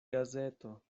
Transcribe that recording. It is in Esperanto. gazeto